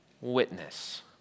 witness